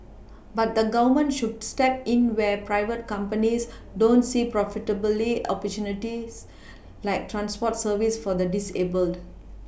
but the Government should step in where private companies don't see profitable opportunities like transport services for the disabled